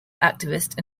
activist